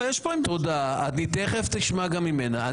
אבל יש פה --- גלעד, תכף תשמע גם ממנה.